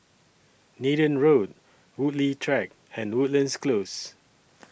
Nathan Road Woodleigh Track and Woodlands Close